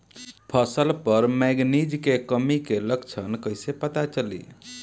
फसल पर मैगनीज के कमी के लक्षण कईसे पता चली?